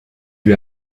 lui